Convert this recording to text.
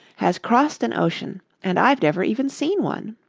has crossed an ocean and i've never even seen one.